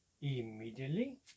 Immediately